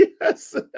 Yes